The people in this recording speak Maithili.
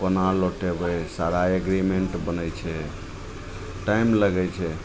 कोना लौटेबै सारा एग्रीमेन्ट बनै छै टाइम लगै छै